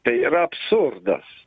tai yra absurdas